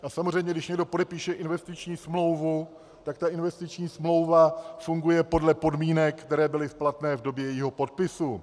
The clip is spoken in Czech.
A samozřejmě když někdo podepíše investiční smlouvu, tak ta investiční smlouva funguje podle podmínek, které byly platné v době jejího podpisu.